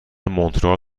مونترال